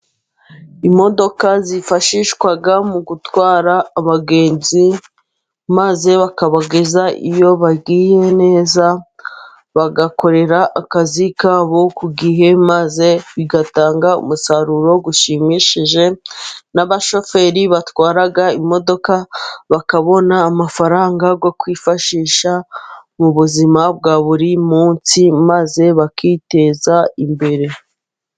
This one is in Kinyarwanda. Imodoka zifashishwa mu gutwara abagenzi maze bakabageza iyo bagiye neza, bagakorera akazi kabo ku gihe maze bigatanga umusaruro ushimishije, n'abashoferi batwara imodoka bakabona amafaranga yo kwifashisha mu buzima bwa buri munsi, maze bakiteza imbere.